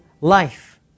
life